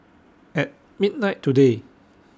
At midnight today